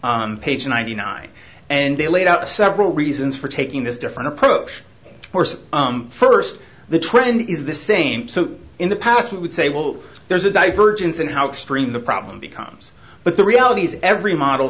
s page ninety nine and they laid out several reasons for taking this different approach course first the trend is the same so in the past we would say well there's a divergence in how extreme the problem becomes but the reality is every model